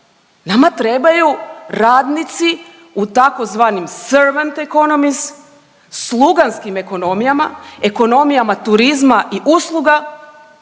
Nama trebaju radnici u tzv. servante economy sluganskim ekonomijama, ekonomija turizma i usluga,